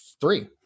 three